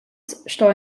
sto